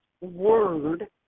word